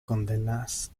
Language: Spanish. condenas